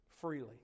freely